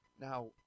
Now